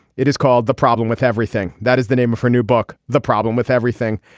it is called the problem with everything that is the name of her new book. the problem with everything.